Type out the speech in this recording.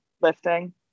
lifting